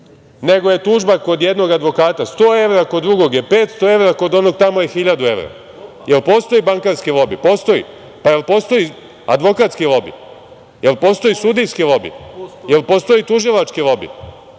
nego je tužba kod jednog advokata sto evra, kod drugog je 500 evra, kod onog tamo je hiljadu evra. Da li postoji bankarski lobi? Postoji. Da li postoji advokatski lobi? Da li postoji sudijski lobi? Da li postoji tužilački lobi?